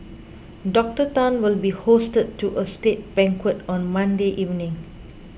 Doctor Tan will be hosted to a state banquet on Monday evening